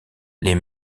les